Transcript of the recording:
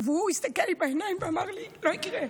והוא הסתכל לי בעיניים ואמר לי: לא יקרה.